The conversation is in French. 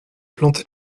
planter